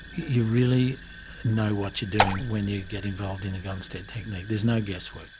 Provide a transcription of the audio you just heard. you really know what you're doing when you get involved in the gonstead technique, there's no guesswork.